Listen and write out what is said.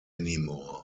anymore